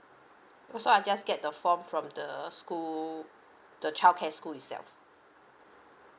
so I'll just get the form from the school the childcare school itself